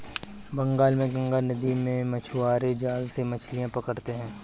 बंगाल में गंगा नदी में मछुआरे जाल से मछलियां पकड़ते हैं